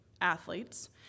athletes